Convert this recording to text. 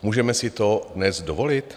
Můžeme si to dnes dovolit?